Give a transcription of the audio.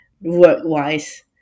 work-wise